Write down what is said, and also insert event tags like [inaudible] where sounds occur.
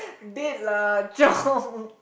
date lah Chong [laughs]